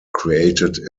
created